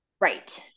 right